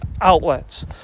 outlets